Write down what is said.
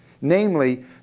Namely